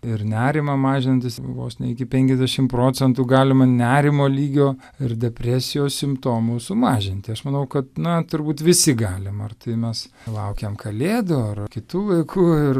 ir nerimą mažinantys vos ne iki penkiasdešim procentų galima nerimo lygio ir depresijos simptomus sumažinti aš manau kad na turbūt visi galim ar tai mes laukiam kalėdų ar kitu laiku ir